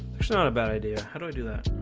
there's not a bad idea, how do i do that?